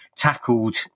tackled